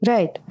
Right